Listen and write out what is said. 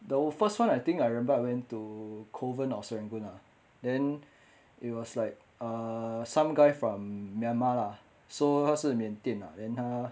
the first [one] I think I remember I went to kovan or serangoon ah then it was like err some guy from Myanmar lah so 他是缅甸 lah then 他